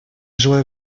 желаю